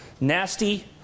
nasty